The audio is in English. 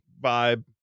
vibe